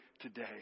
today